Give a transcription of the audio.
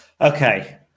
Okay